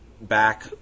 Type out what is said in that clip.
back